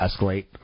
escalate